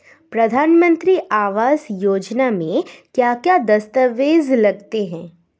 प्रधानमंत्री आवास योजना में क्या क्या दस्तावेज लगते हैं?